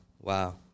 Wow